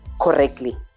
correctly